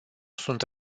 sunt